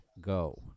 go